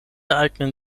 eignen